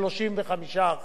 לפי הגבוה,